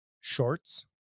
Shorts